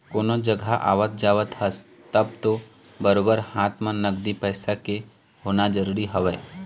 कोनो जघा आवत जावत हस तब तो बरोबर हाथ म नगदी पइसा के होना जरुरी हवय ही